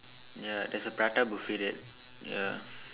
ya there's a prata buffet that ya